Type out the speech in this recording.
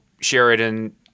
Sheridan